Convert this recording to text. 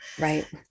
right